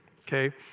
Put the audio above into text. okay